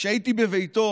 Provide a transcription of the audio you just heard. כשהייתי בביתו